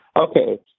Okay